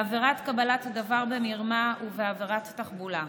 בעבירת קבלת דבר במרמה ובעבירת תחבולה,